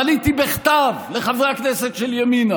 פניתי בכתב לחברי הכנסת של ימינה